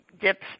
dips